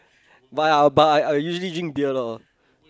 but I'll but I usually drink beer lor